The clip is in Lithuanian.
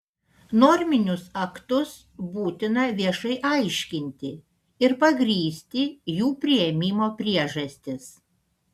norminius aktus būtina viešai aiškinti ir pagrįsti jų priėmimo priežastis